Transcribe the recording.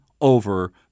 over